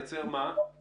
אנחנו